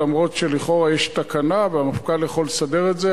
למרות שלכאורה יש תקנה והמפכ"ל יכול לסדר את זה.